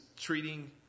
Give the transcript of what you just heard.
treating